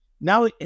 Now